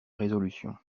résolution